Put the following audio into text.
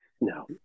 No